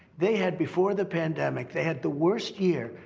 they had before the pandemic, they had the worst year,